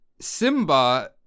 Simba